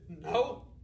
No